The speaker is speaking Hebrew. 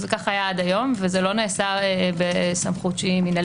זה כך היה עד היום, וזה לא נעשה בסמכות מינהלית.